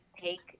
take –